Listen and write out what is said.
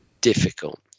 difficult